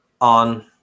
on